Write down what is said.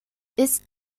ist